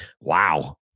Wow